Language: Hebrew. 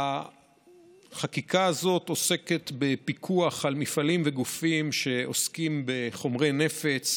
החקיקה הזאת עוסקת בפיקוח על מפעלים וגופים שעוסקים בחומרי נפץ.